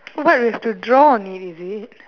what we have to draw on it is it